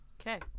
Okay